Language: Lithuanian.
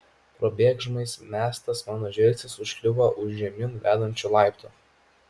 probėgšmais mestas mano žvilgsnis užkliuvo už žemyn vedančių laiptų